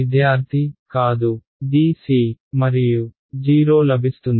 విద్యార్థి కాదు Dc మరియు 0 లభిస్తుంది